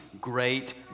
great